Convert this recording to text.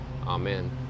Amen